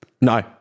No